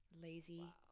Lazy